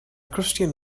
christian